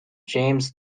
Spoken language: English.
james